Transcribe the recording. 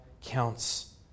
counts